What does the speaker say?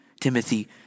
timothy